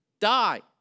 die